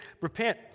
repent